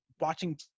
watching